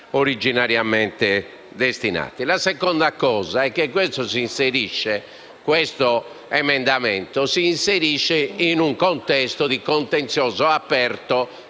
La seconda ragione è che questo emendamento si inserisce in un contesto di contenzioso aperto